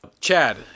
Chad